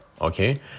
Okay